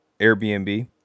Airbnb